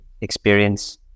experience